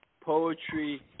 poetry